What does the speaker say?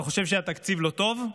אתה חושב שהתקציב לא טוב,